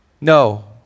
No